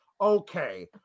Okay